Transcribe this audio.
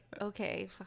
okay